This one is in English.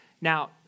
Now